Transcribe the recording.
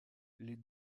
les